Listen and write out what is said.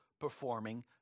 performing